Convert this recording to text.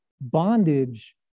bondage